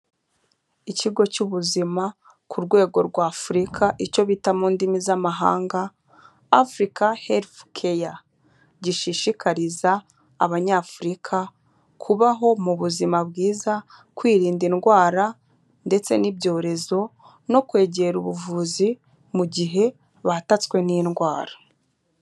Ikigo cy'ubuzima ku rwego rwa afurika icyo bita mu ndimi z'amahanga africa health care. Gishishikariza abanyafurika kubaho mu buzima bwiza, kwirinda indwara ndetse n'ibyorezo no kwegera ubuvuzi mu gihe batatswe n'indwara.